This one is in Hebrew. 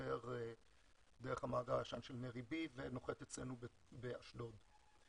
עובר דרך המאגר ונוחת אצלנו באשדוד.